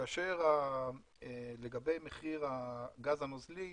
לגבי מחיר הגז הנוזלי,